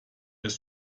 ist